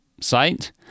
site